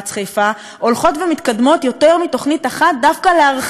הולכות ומתקדמות יותר מתוכנית אחת דווקא להרחיב את התעשייה